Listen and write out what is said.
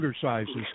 sizes